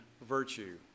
virtue